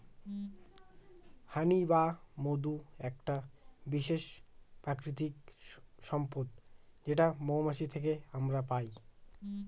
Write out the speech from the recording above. হানি বা মধু একটা বিশেষ প্রাকৃতিক সম্পদ যেটা মৌমাছি থেকে আমরা পাই